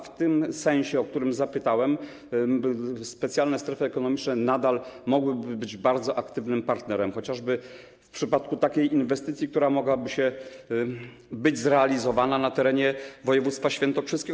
W tym sensie, o który zapytałem, specjalne strefy ekonomiczne nadal mogłyby być bardzo aktywnym partnerem, chociażby w przypadku inwestycji, która mogłaby być zrealizowana na terenie województwa świętokrzyskiego.